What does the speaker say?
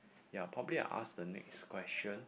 ya probably I'll ask the next question